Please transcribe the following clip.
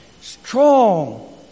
Strong